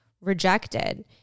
rejected